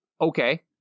Okay